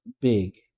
big